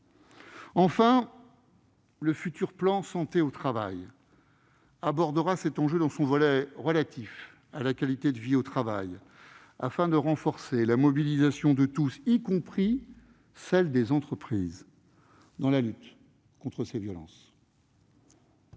Enfin, le futur plan Santé au travail (PST 4) abordera cet enjeu dans son volet relatif à la qualité de vie au travail, afin de renforcer la mobilisation de tous, y compris celle des entreprises, dans la lutte contre ces violences.